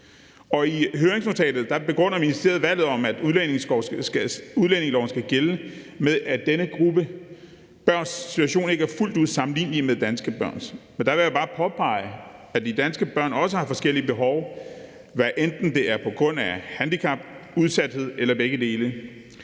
I høringsnotatet begrunder ministeriet valget om, at udlændingeloven skal gælde, med, at denne gruppe børns situation ikke er fuldt ud sammenlignelig med danske børns. Der vil jeg bare påpege, at danske børn også har forskellige behov. Hvad enten det er på grund af handicap, udsathed eller begge dele,